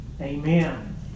Amen